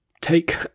take